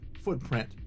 footprint